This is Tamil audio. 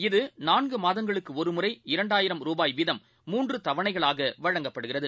இது நான்குமாதங்களுக்குஒருமுறை இரண்டாயிரம் ரூபாய் வீதம் மூன்றுதவணைகளாகவழங்கப்படுகிறது